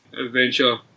adventure